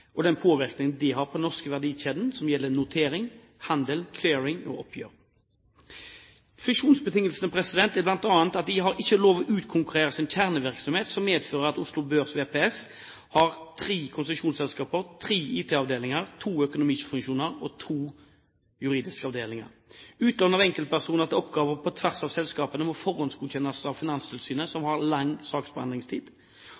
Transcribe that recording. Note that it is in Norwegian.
og den påvirkning det har på den norske verdikjeden, som gjelder notering, handel, clearing og oppgjør. Fusjonsbetingelsene for konseptet er bl.a. at de ikke har lov til å utkontraktere sin kjernevirksomhet. Det medfører at Oslo Børs VPS har tre konsesjonsselskaper, tre IT-avdelinger, to økonomifunksjoner og to juridiske avdelinger. Utlån av enkeltpersoner til oppgaver på tvers av selskapene må forhåndgodkjennes av Finanstilsynet, som